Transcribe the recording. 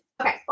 okay